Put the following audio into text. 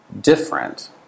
different